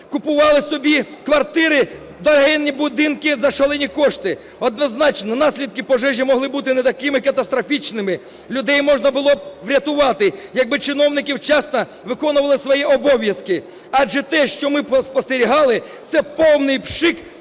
купували собі квартири, дорогенні будинки за шалені кошти. Однозначно наслідки пожежі могли бути не такими катастрофічними, людей можна було б врятувати, якби чиновники вчасно виконували свої обов'язки. Адже те, що ми спостерігали, це повний пшик